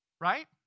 right